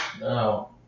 No